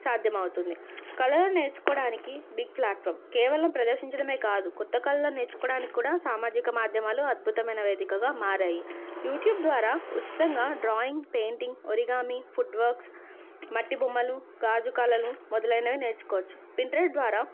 సాధ్యమవుతుంది కళలు నేర్చుకోవడానికి బిగ్ ప్లాట్ఫార్మ్ కేవలం ప్రదర్శించడమే కాదు కొత్త కళలు నేర్చుకోవడానికి కూడా సామాజిక మాధ్యమాలు అద్భుతమైన వేదికగా మారయి యూట్యూబ్ ద్వారా ఉచితంగా డ్రాయింగ్ పెయింటింగ్ ఒరిగామీ ఫుడ్వర్క్స్ మట్టి బొమ్మలు గాజు కళలను మొదలైనవి నేర్చుకోవచ్చు పింట్రెస్టు ద్వారా